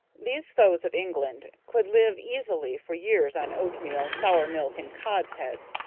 these foes of england could live easily for years on oatmeal, sour milk, and cod's heads,